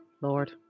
Lord